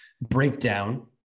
breakdown